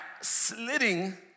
slitting